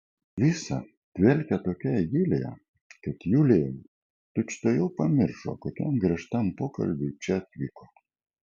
visa dvelkė tokia idilija kad julija tučtuojau pamiršo kokiam griežtam pokalbiui čia atvyko